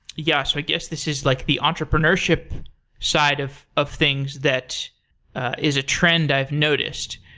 yeah so i guess this is like the entrepreneurship side of of things that is a trend i've noticed.